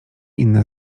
inne